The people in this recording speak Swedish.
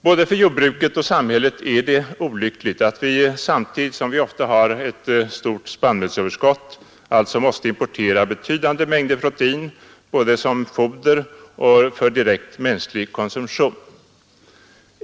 Både för jordbruket och för samhället är det olyckligt att vi samtidigt som vi ofta har ett stort spannmålsöverskott måste importera betydande mängder protein både som foder och för direkt mänsklig konsumtion.